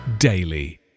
Daily